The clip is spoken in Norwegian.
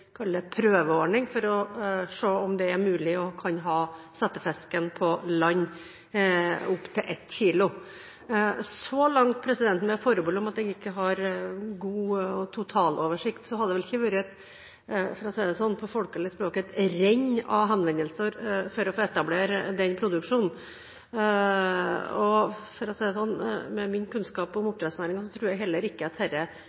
en prøveordning, kall det det, for å se om det er mulig å kunne ha settefisken på land, opp til 1 kg. Så langt, med forbehold om at jeg ikke har totaloversikt, har det vel ikke vært, for å si det på folkelig språk, et renn av henvendelser for å få etablere den produksjonen. For å si det sånn, med min kunnskap om oppdrettsnæringen tror jeg heller ikke at